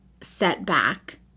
setback